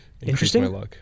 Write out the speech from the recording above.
interesting